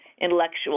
intellectual